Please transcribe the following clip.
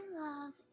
love